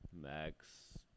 Max